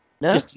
No